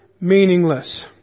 meaningless